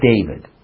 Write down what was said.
David